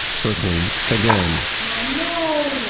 circling again oh